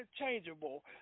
interchangeable